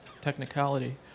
technicality